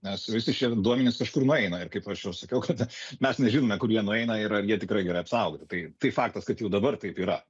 nes visi šie duomenys kažkur nueina ir kaip aš jau sakiau kad mes nežinome kur jie nueina ir ar jie tikrai gerai apsaugoti tai tai faktas kad jau dabar taip yra